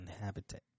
habitat